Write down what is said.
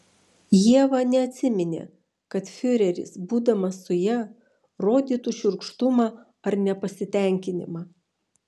ieva neatsiminė kad fiureris būdamas su ja rodytų šiurkštumą ar nepasitenkinimą